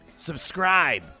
Subscribe